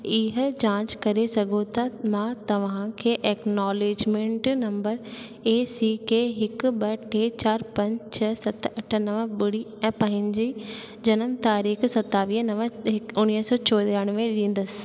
ईह जांच करे सघो था त मां तव्हांखे acknowledgement number A C K हिकु ॿ टे चारि पंज झ सत अठ नव ॿुड़ी ऐं पंहिंजी जनम तारीख़ सतावीह नव उणिवीह सौ चोराणवे ॾींदसि